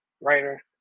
writer